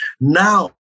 now